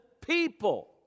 people